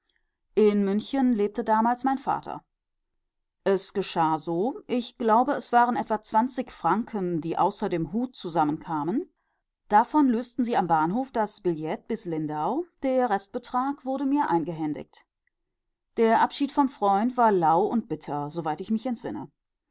in münchen lebte damals mein vater es geschah so ich glaube es waren etwa zwanzig franken die außer dem hut zusammenkamen davon lösten sie am bahnhof das billett bis lindau der restbetrag wurde mir eingehändigt der abschied vom freund war lau und bitter soweit ich mich entsinne